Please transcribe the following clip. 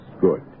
Good